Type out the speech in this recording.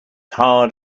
hard